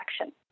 action